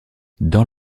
dans